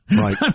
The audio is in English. Right